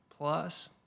plus